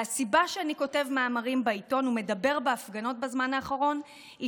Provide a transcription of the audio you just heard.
והסיבה שאני כותב מאמרים בעיתון ומדבר בהפגנות בזמן האחרון היא